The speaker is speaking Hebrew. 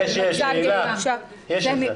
הילה, יש את זה.